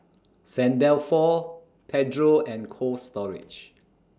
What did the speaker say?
Saint Dalfour Pedro and Cold Storage